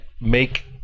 make